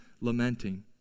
lamenting